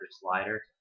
slider